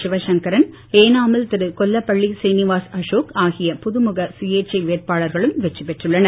சிவசங்கரன் ஏனாமில் கொல்லப்பள்ளி ஸ்ரீனிவாஸ் அசோக் ஆகிய புதுமுக சுயேச்சை வேட்பாளர்களும் வெற்றிபெற்றுள்ளனர்